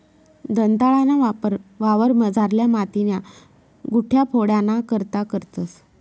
दंताळाना वापर वावरमझारल्या मातीन्या गुठया फोडाना करता करतंस